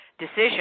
decision